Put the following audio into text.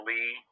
Lee